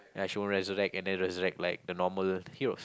ya she won't resurrect and then resurrect like the normal heroes